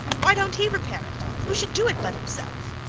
why don't he repair it who should do it but himself?